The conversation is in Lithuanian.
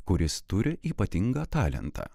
kuris turi ypatingą talentą